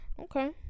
Okay